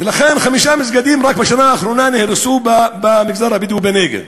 חמישה מסגדים רק בשנה האחרונה נהרסו במגזר הבדואי בנגב.